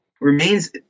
remains